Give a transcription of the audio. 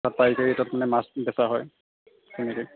তাত পাইকাৰি তাত মানে মাছ বেপাৰ হয় তেনেকৈ